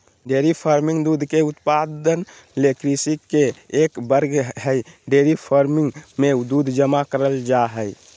dairy farming दूध के उत्पादन ले कृषि के एक वर्ग हई डेयरी फार्मिंग मे दूध जमा करल जा हई